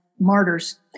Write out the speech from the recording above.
martyrs